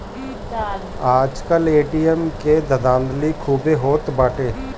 आजकल ए.टी.एम के धाधली खूबे होत बाटे